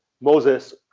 Moses